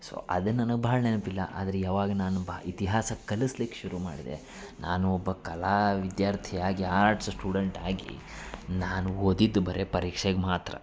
so ಅದು ನನಗೆ ಭಾಳ ನೆನಪಿಲ್ಲ ಆದ್ರೆ ಯಾವಾಗ ನಾನು ಬಾ ಇತಿಹಾಸ ಕಲಿಸ್ಲಿಕ್ ಶುರುಮಾಡಿದೆ ನಾನು ಒಬ್ಬ ಕಲಾ ವಿದ್ಯಾರ್ಥಿಯಾಗಿ ಆರ್ಟ್ಸ್ ಸ್ಟೂಡೆಂಟಾಗಿ ನಾನು ಓದಿದ್ದು ಬರೇ ಪರೀಕ್ಷೆಗೆ ಮಾತ್ರ